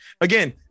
again